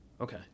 okay